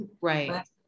right